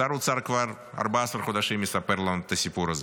שר האוצר כבר 14 חודשים מספר לנו את הסיפור הזה,